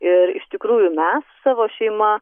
ir iš tikrųjų mes su savo šeima